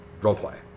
roleplay